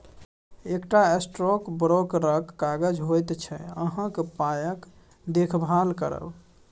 एकटा स्टॉक ब्रोकरक काज होइत छै अहाँक पायक देखभाल करब